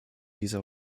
dieser